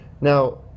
Now